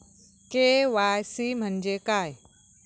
KYC म्हणजे काय?